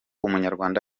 umunyarwanda